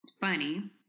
funny